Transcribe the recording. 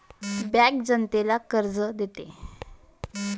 bank जनतेला कर्जही देते